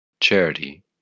charity